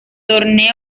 torneos